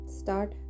start